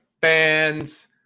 fans